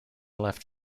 left